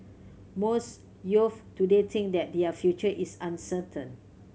most youths today think that their future is uncertain